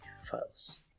Files